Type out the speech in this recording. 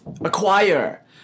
acquire